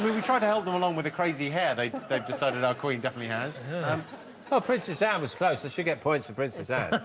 we we try to help them along with the crazy hair they've they've decided our queen definitely has a um princess and was closely should get points for princess out